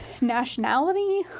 nationality